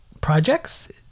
projects